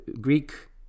Greek